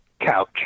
couch